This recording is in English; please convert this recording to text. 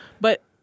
but-